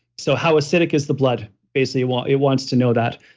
so, how acidic is the blood basically what it wants to know that.